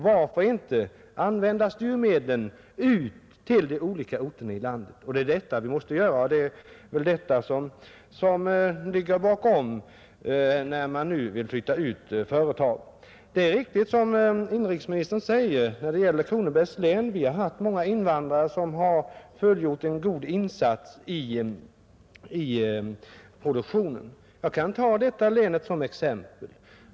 Varför inte använda styrmedlen så att vi når ut till de olika orterna i landet? Det är detta vi måste göra, och det är väl den tanken som ligger bakom förslaget att flytta ut företag. Det är riktigt som inrikesministern säger att Kronobergs län har haft många invandrare som gjort en god insats i produktionen. Jag kan ta detta län som exempel.